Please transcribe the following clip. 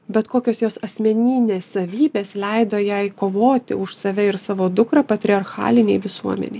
bet kokios jos asmeninės savybės leido jai kovoti už save ir savo dukrą patriarchalinėj visuomenėj